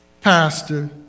pastor